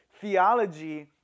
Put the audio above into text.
theology